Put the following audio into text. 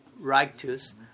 righteous